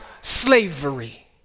slavery